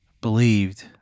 believed